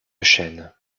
chaîne